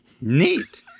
Neat